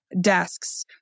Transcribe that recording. desks